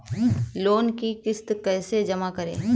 Loan की किश्त कैसे जमा करें?